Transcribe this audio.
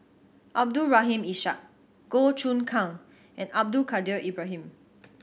Abdul Rahim Ishak Goh Choon Kang and Abdul Kadir Ibrahim